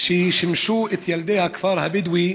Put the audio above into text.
ששימשו את ילדי הכפר הבדואי